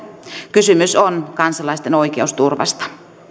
kysymys on kansalaisten oikeusturvasta